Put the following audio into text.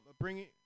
bringing